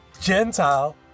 Gentile